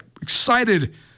Excited